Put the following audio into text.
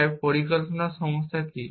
তাই পরিকল্পনা সমস্যা কি